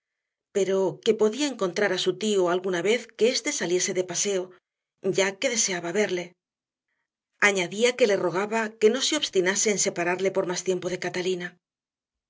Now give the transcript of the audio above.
pero que podía encontrar a su tío alguna vez que éste saliese de paseo ya que deseaba verle añadía que le rogaba que no se obstinase en separarle por más tiempo de catalina